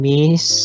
Miss